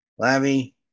Lavi